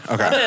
Okay